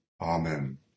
Amen